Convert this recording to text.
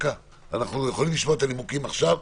אנחנו יכולים לשמוע את הנימוקים עכשיו,